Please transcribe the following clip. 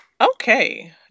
Okay